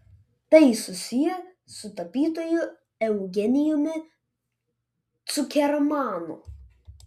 tai susiję su tapytoju eugenijumi cukermanu